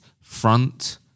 front